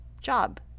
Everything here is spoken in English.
job